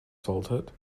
salted